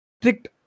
strict